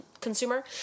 Consumer